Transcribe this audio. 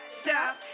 stop